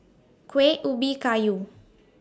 Kueh Ubi Kayu